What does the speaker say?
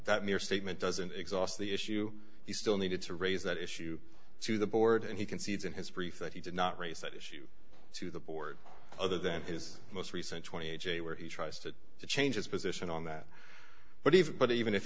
that mere statement doesn't exhaust the issue he still needed to raise that issue to the board and he concedes in his brief that he did not raise that issue to the board other than his most recent twenty a j where he tries to change his position on that but even but even if